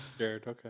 Okay